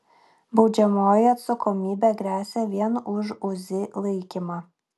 baudžiamoji atsakomybė gresia vien už uzi laikymą